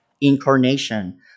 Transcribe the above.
incarnation